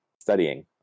studying